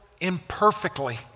imperfectly